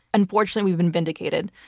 and fortunately, we've been vindicated.